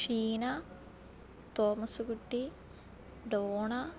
Sheena Thomaskutty Donna